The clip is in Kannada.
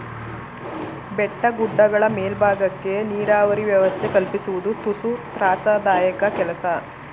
ಬೆಟ್ಟ ಗುಡ್ಡಗಳ ಮೇಲ್ಬಾಗಕ್ಕೆ ನೀರಾವರಿ ವ್ಯವಸ್ಥೆ ಕಲ್ಪಿಸುವುದು ತುಸು ತ್ರಾಸದಾಯಕ ಕೆಲಸ